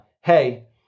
hey